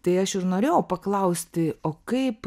tai aš ir norėjau paklausti o kaip